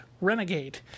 Renegade